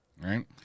Right